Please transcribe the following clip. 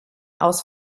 aus